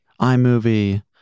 iMovie